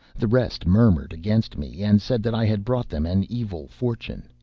the rest murmured against me, and said that i had brought them an evil fortune.